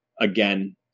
again